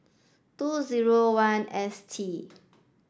two zero one S T